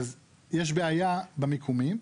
אז יש בעיה במיקומים.